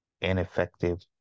Ineffective